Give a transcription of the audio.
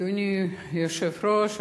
אדוני היושב-ראש,